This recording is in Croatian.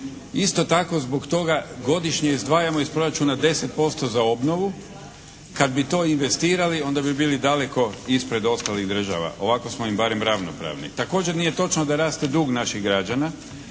Isto tako zbog toga godišnje izdvajamo iz proračuna 10% za obnovu. Kad bi to investirali onda bi bili daleko ispred ostalih država. Ovako smo im barem ravnopravni. Također nije točno da raste dug naših građana.